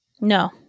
No